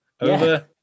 over